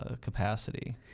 capacity